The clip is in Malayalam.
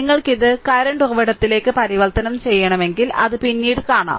നിങ്ങൾക്ക് ഇത് കറന്റ് ഉറവിടത്തിലേക്ക് പരിവർത്തനം ചെയ്യണമെങ്കിൽ അത് പിന്നീട് കാണാം